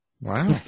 Wow